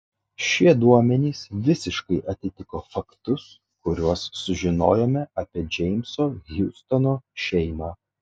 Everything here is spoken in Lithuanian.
šie duomenys visiškai atitiko faktus kuriuos sužinojome apie džeimso hiustono šeimą